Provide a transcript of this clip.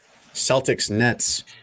Celtics-Nets